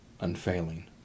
unfailing